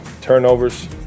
Turnovers